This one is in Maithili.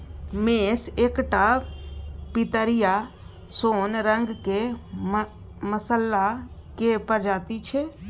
मेस एकटा पितरिया सोन रंगक मसल्ला केर प्रजाति छै